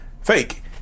fake